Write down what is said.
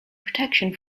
protection